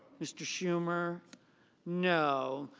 mr. schumer no.